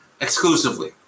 exclusively